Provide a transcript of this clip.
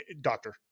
Doctor